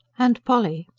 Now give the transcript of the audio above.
and polly?